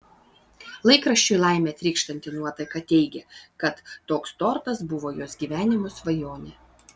laikraščiui laime trykštanti nuotaka teigė kad toks tortas buvo jos gyvenimo svajonė